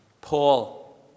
Paul